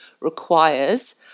requires